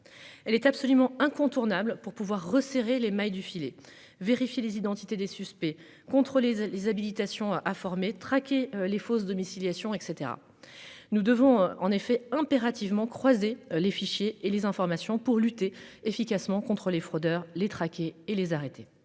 Elle est absolument incontournable pour pouvoir resserrer les mailles du filet, vérifier les identités des suspects contrôler les habilitations à former traquer les fausses domiciliations et cetera. Nous devons en effet impérativement croiser les fichiers et les informations pour lutter efficacement contre les fraudeurs les traquer et les arrêter.